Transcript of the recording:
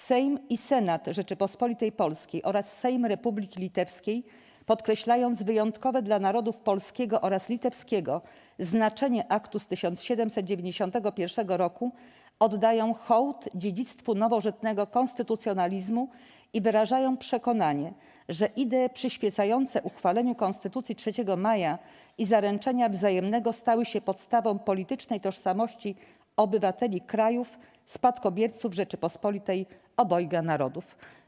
Sejm i Senat Rzeczypospolitej Polskiej oraz Sejm Republiki Litewskiej, podkreślając wyjątkowe dla Narodów Polskiego oraz Litewskiego znaczenie aktu z 1791 r., oddają hołd dziedzictwu nowożytnego konstytucjonalizmu i wyrażają przekonanie, że idee przyświecające uchwaleniu Konstytucji 3 Maja i Zaręczenia Wzajemnego stały się podstawą politycznej tożsamości obywateli krajów - spadkobierców Rzeczypospolitej Obojga Narodów”